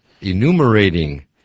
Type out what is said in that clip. enumerating